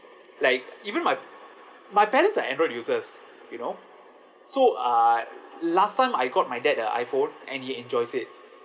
like even my my parents are android users you know so uh last time I got my dad the iphone and he enjoys it